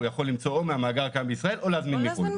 הוא יכול למצוא מהמאגר כאן בישראל או להביא מחו"ל.